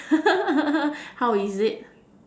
how is it